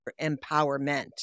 empowerment